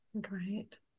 Great